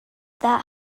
that